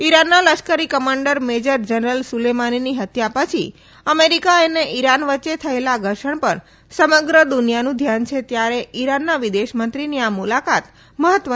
ઇરાનના લશ્કરી commander major general સુલેમાનીની હત્યા પછી અમેરિકા અને ઇરાન વચ્ચે થઇ રહેલા ધર્ષણ પર સમગ્ર દુનિયાનું ધ્યાન છે ત્યારે ઇરાનના વિદેશમંત્રીની આ મુલાકાત મહત્વની બની છે